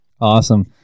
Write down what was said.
Awesome